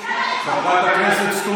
אורית סטרוק,